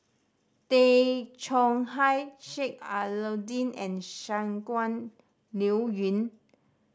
Tay Chong Hai Sheik Alau'ddin and Shangguan Liuyun